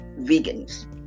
vegans